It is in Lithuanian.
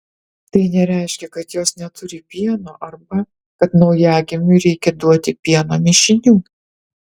tai nereiškia kad jos neturi pieno arba kad naujagimiui reikia duoti pieno mišinių